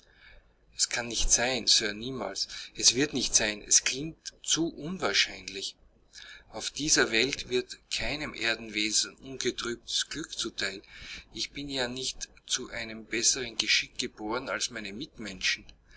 es kann nicht sein sir niemals es wird nicht sein es klingt zu unwahrscheinlich auf dieser welt wird keinem erdenwesen ungetrübtes glück zu teil ich bin ja nicht zu einem besseren geschick geboren als meine mitmenschen